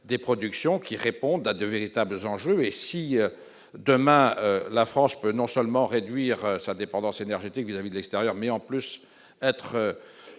des productions qui répondent à de véritables enjeux et si demain la France peut non seulement réduire sa dépendance énergétique vis-à-vis de l'extérieur, mais en plus être